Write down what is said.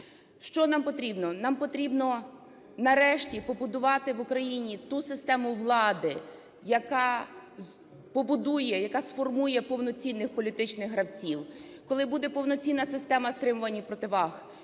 Що нам потрібно? Нам потрібно нарешті побудувати в Україні ту систему влади, яка побудує, яка сформує повноцінних політичних гравців, коли буде повноцінна система стримувань і противаг,